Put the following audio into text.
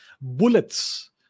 Bullets